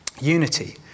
unity